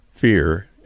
fear